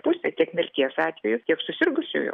pusę tiek mirties atveju tiek susirgusiųjų